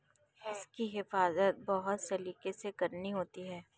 इसकी हिफाज़त बहुत सलीके से करनी होती है